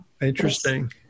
Interesting